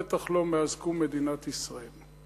בטח לא מאז קום מדינת ישראל.